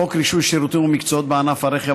חוק רישוי שירותים ומקצועות בענף הרכב,